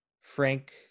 Frank